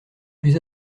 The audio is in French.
plus